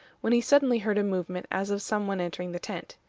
when he suddenly heard a movement as of some one entering the tent.